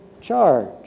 charge